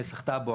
נסח טאבו,